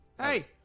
Hey